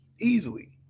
easily